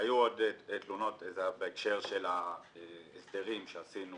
אנחנו היום עוסקים בתקנות מס הכנסה (יישום